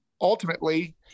ultimately